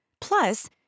Plus